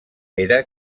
era